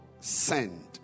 Send